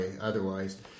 otherwise